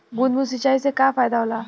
बूंद बूंद सिंचाई से का फायदा होला?